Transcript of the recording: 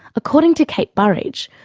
according to kate burridge,